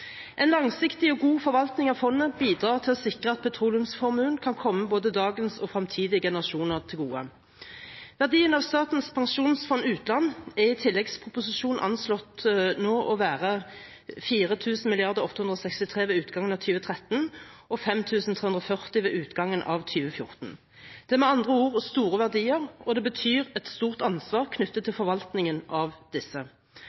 En langsiktig og god forvaltning av fondet bidrar til å sikre at petroleumsformuen kan komme både dagens og fremtidige generasjoner til gode. Verdien av Statens pensjonsfond utland er i tilleggsproposisjonen anslått nå å være 4 863 mrd. kr ved utgangen av 2013 og 5 340 mrd. kr ved utgangen av 2014. Det er med andre ord store verdier, og det betyr at det er et stort ansvar knyttet til forvaltningen av disse.